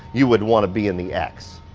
you would wanna be in the x.